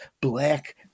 black